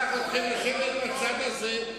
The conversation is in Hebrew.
לכן עם ישראל שלח אתכם לשבת בצד הזה.